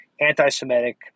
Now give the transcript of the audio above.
anti-Semitic